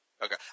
Okay